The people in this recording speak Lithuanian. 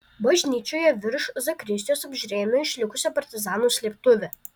bažnyčioje virš zakristijos apžiūrėjome išlikusią partizanų slėptuvę